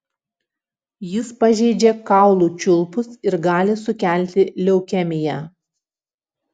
jis pažeidžia kaulų čiulpus ir gali sukelti leukemiją